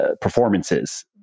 performances